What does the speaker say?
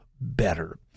better